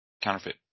counterfeit